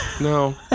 No